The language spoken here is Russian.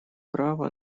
права